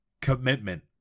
commitment